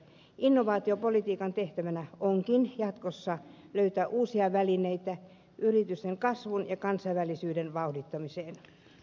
innovaatiopolitiikan tehtävänä onkin jatkossa löytää uusia välineitä yritysten kasvun ja kansainvälisyyden vauhdittamiseen